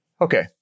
Okay